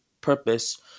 purpose